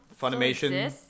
Funimation